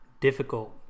difficult